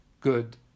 good